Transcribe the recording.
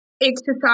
exercise